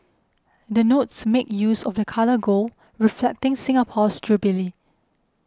the notes make use of the colour gold reflecting Singapore's jubilee